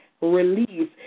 release